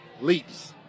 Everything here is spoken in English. leaps